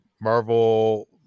Marvel